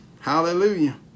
Hallelujah